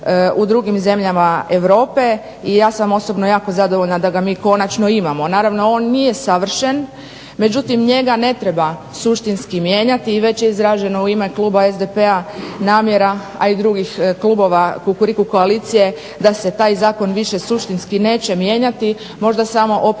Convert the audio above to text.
u drugim zemljama Europe. I ja sam osobno jako zadovoljna da ga mi konačno imamo. Naravno on nije savršen, međutim njega ne treba suštinski mijenjati i već je izraženo u ime kluba SDP-a namjera, a i drugih klubova "kukuriku koalicije" da se taj zakon više suštinski neće mijenjati, možda samo operativno